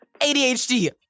ADHD